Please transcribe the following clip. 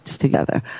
together